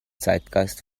zeitgeist